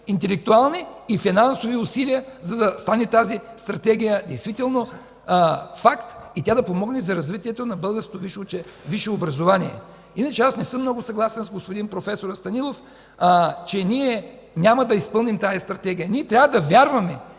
интелектуални и финансови усилия, за да стане тази стратегия факт и тя да помогне за развитието на българското висше образование. Иначе аз не съм много съгласен с проф. Станилов, че ние няма да изпълним тази Стратегия. Ние трябва да вярваме,